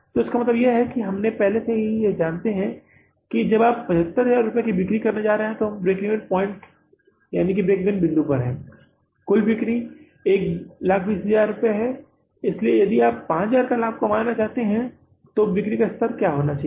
तो इसका मतलब है क्योंकि हम पहले से ही यह जानते हैं कि जब आप 75000 रुपये की बिक्री करने जा रहे हैं तो हम ब्रेक ईवन बिंदु पर हैं कुल बिक्री 120000 रुपये है इसलिए यदि आप 5000 का लाभ कमाना चाहते हैं रुपए बिक्री का स्तर क्या होना चाहिए